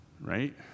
right